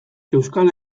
euskal